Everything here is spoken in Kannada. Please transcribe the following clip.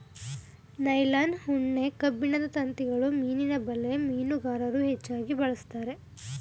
ನೈಲಾನ್, ಉಣ್ಣೆ, ಕಬ್ಬಿಣದ ತಂತಿಗಳು ಮೀನಿನ ಬಲೆಗೆ ಮೀನುಗಾರರು ಹೆಚ್ಚಾಗಿ ಬಳಸ್ತರೆ